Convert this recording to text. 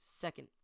second